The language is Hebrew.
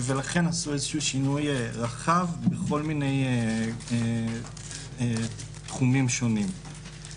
לכן עשו שינוי רחב בכל מיני תחומים שונים.